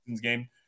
game